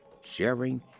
sharing